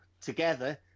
together